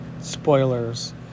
spoilers